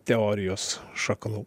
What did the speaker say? teorijos šaknų